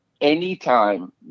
anytime